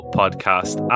podcast